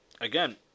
again